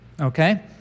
Okay